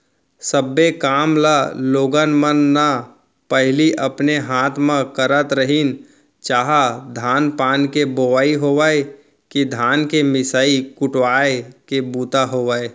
सब्बे काम ल लोग मन न पहिली अपने हाथे म करत रहिन चाह धान पान के बोवई होवय कि धान के मिसाय कुटवाय के बूता होय